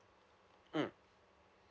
mm